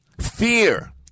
fear